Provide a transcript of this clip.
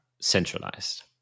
centralized